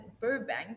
Burbank